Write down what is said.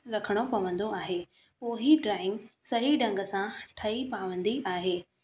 रखिणो पवंदो आहे पोइ ई ड्राईंग सही ढंग सां ठही पवंदी आहे